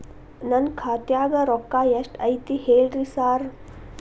ನನ್ ಖಾತ್ಯಾಗ ರೊಕ್ಕಾ ಎಷ್ಟ್ ಐತಿ ಹೇಳ್ರಿ ಸಾರ್?